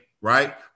right